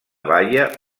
baia